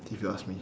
if you ask me